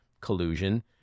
collusion